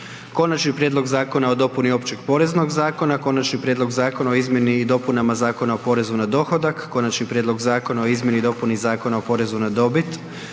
Konačni prijedlog Zakona o dopuni Općeg poreznog zakona - Konačni prijedlog Zakona o izmjeni i dopunama Zakona o porezu na dohodak - Konačni prijedlog Zakona o izmjeni i dopuni Zakona o porezu na dobit